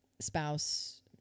spouse